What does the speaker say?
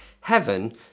heaven